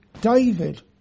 David